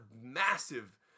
massive